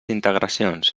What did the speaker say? integracions